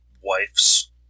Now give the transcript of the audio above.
wife's